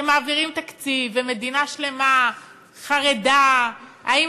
שמעבירים תקציב ומדינה שלמה חרדה האם